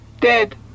Dead